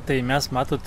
tai mes matot